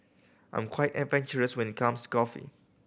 I'm quite adventurous when it comes coffee